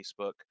Facebook